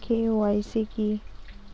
KYC কী?